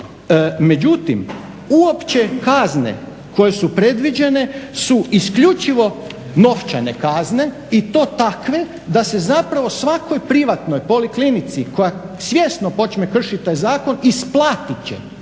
međutim uopće kazne koje su predviđene su isključivo novčane kazne i to takve da se zapravo svakoj privatnoj poliklinici koja svjesno počne kršit taj zakon isplatit će